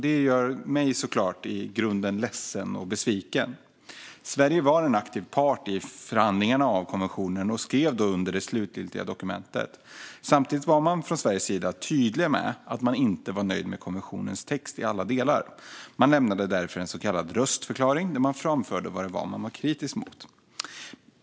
Detta gör mig såklart i grunden ledsen och besviken. Sverige var en aktiv part i förhandlingarna om konventionen och skrev då under det slutgiltiga dokumentet. Samtidigt var man från Sveriges sida tydlig med att man inte var nöjd med konventionens text i alla delar. Man lämnade därför en så kallad röstförklaring där man framförde vad man var kritisk mot.